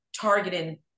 targeting